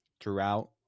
throughout